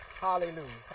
Hallelujah